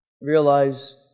realize